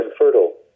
infertile